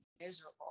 miserable